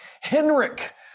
Henrik